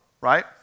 right